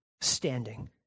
standing